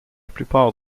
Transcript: plupart